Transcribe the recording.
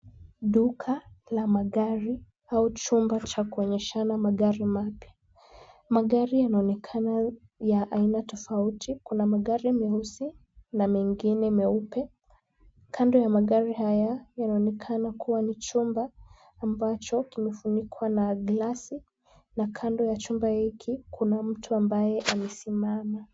Duka la magari au chumba cha kuonyeshana magari mapya. Magari yanaonekana ya aina tofauti. Kuna magari meusi na mengine meupe. Kando ya magari haya yanaonekana kuwa ni chumba ambacho kimefunikwa na glasi na kando ya chumba hiki kuna mtu ambaye amesimama.